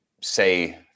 say